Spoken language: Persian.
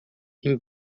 این